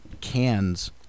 cans